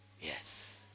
Yes